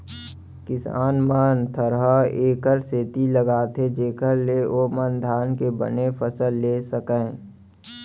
किसान मन थरहा एकर सेती लगाथें जेकर ले ओमन धान के बने फसल लेय सकयँ